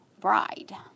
bride